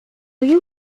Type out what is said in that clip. you